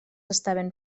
estaven